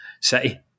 city